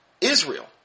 Israel